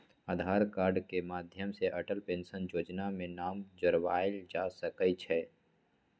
आधार card के माध्यम से अटल पेंशन जोजना में नाम जोरबायल जा सकइ छै